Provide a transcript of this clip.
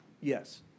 Yes